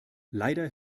leider